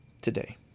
today